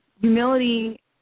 Humility